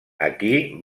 aquí